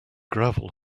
gravel